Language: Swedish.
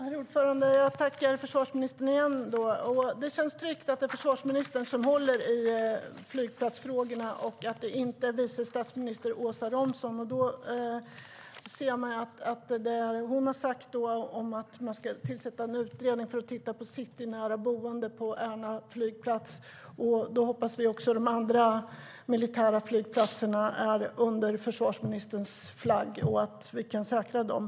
Herr talman! Jag tackar försvarsministern igen. Det känns tryggt att det är försvarsministern som håller i flygplatsfrågorna och att det inte är vice statsminister Åsa Romson - hon har sagt att man ska tillsätta en utredning för att titta på ett citynära boende på Ärna flygplats. Då hoppas vi också att de andra militära flygplatserna är under försvarsministerns flagg och att vi kan säkra dem.